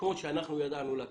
כמו שאנחנו ידענו לקחת,